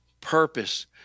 purpose